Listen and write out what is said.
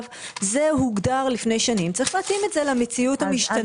זה הוגדר לפני שנים וצריך להתאים את זה למציאות המשתנה.